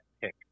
pick